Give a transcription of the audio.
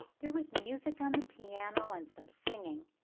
there was music on the piano and some singing,